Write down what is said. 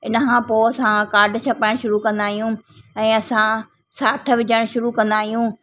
इन खां पोइ असां काड छपाइणु शुरू कंदा आहियूं ऐं असां साठ विझण शुरू कंदा आहियूं